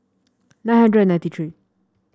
nine hundred and ninety three